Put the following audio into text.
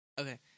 okay